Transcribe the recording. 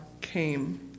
came